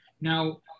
Now